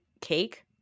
Cake